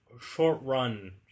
short-run